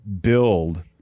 build